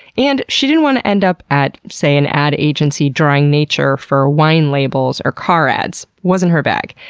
and, she didn't want to end up at, say, an ad agency drawing nature for wine labels or car ads wasn't her bag.